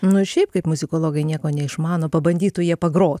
nuir šiaip kaip muzikologai nieko neišmano pabandytų jie pagrot